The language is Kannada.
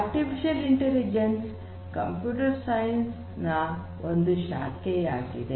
ಆರ್ಟಿಫಿಷಿಯಲ್ ಇಂಟೆಲಿಜೆನ್ಸ್ ಕಂಪ್ಯೂಟರ್ ಸೈನ್ಸ್ ನ ಒಂದು ಶಾಖೆಯಾಗಿದೆ